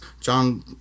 John